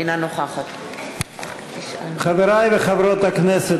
אינה נוכחת חברי וחברות הכנסת,